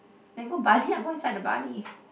then go Bali ah go inside the Bali